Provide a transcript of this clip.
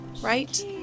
right